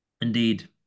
Indeed